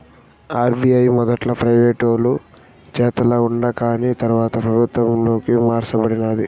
RBI మొదట్ల ప్రైవేటోలు చేతల ఉండాకాని తర్వాత పెబుత్వంలోకి మార్స బడినాది